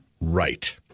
right